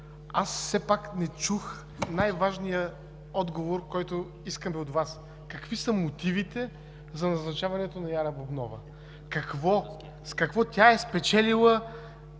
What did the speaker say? Аз все пак не чух най-важния отговор, който искаме от Вас: какви са мотивите за назначаването на Яра Бубнова? С какво тя е спечелила